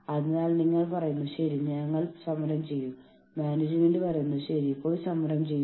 അതിനാൽ ഒരു യൂണിയനിൽ ചേരേണ്ടതിന്റെ ആവശ്യകത അവർക്ക് തോന്നുന്നില്ല